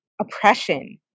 oppression